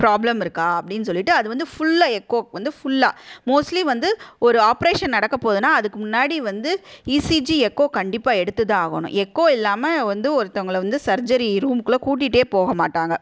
problem இருக்கா அப்படின்னு சொல்லிட்டு அது வந்து ஃபுல்லா எக்கோ வந்து ஃபுல்லா மோஸ்ட்லி வந்து ஒரு ஆப்ரேஷன் நடக்கப் போகுதுன்னா அதுக்கு முன்னாடி வந்து இசிஜி எக்கோ கண்டிப்பாக எடுத்துதான் ஆகணும் எக்கோ இல்லாமல் வந்து ஒருத்தவங்களை வந்து சர்ஜரி ரூமுக்குள்ளே கூட்டிகிட்டே போகமாட்டாங்கள்